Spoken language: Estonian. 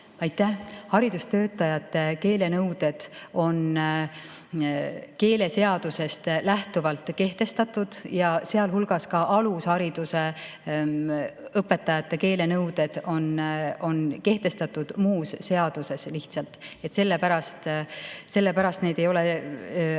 Aitäh! Haridustöötajate keelenõuded on keeleseadusest lähtuvalt kehtestatud. Ka alushariduse õpetajate keelenõuded on kehtestatud muus seaduses. Sellepärast neid ei ole